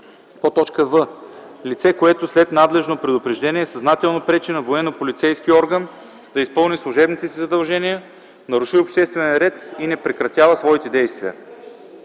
в) лице, което след надлежно предупреждение съзнателно пречи на военнополицейски орган да изпълни служебните си задължения, наруши обществения ред и не прекратява своите действия;